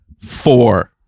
four